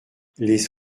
les